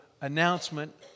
announcement